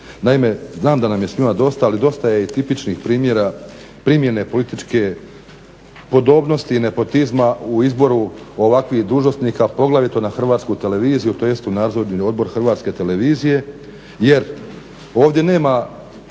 Naime, znam da nam je svima dosta ali dosta je i tipičnih primjera primjene političke podobnosti i nepotizma u izboru ovakvih dužnosnika, poglavito na HRT tj. u Nadzorni odbor HRT-a. Jer ovdje nema